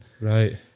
Right